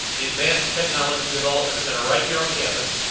the advanced technology development center right here on campus,